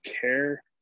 care